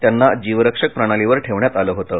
त्यांना जीवरक्षक प्रणालीवर ठेवण्यात आलं होतं